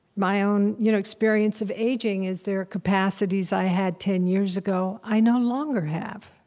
my own you know experience of aging is, there are capacities i had ten years ago, i no longer have,